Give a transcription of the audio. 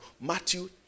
Matthew